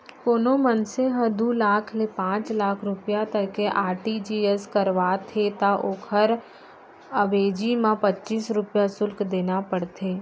कोनों मनसे ह दू लाख ले पांच लाख रूपिया तक के आर.टी.जी.एस करावत हे त ओकर अवेजी म पच्चीस रूपया सुल्क देना परथे